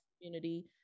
community